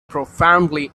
profoundly